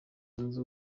zunze